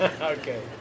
Okay